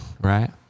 right